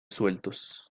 sueltos